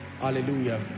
hallelujah